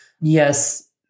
yes